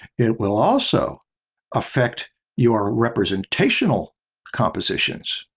it will also affect your representational compositions.